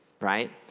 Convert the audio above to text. right